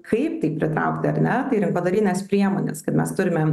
kaip tai pritraukti ar ne tai rinkodarinės priemonės kad mes turime